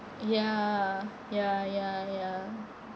ya ya ya ya